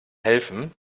helfen